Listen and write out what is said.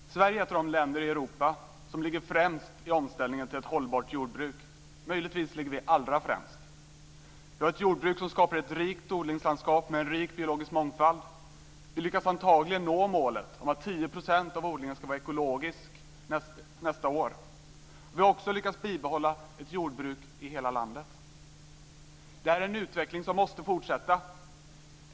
Fru talman! Sverige är ett av de länder i Europa som ligger främst i omställningen till ett hållbart jordbruk, möjligtvis ligger vi allra främst. Vi har ett jordbruk som skapar ett rikt odlingslandskap med en rik biologisk mångfald. Vi lyckas antagligen nå målet om att 10 % av odlingen ska vara ekologisk nästa år. Vi har också lyckats bibehålla ett jordbruk i hela landet. Det här är en utveckling som måste fortsätta.